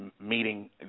meeting